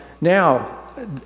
Now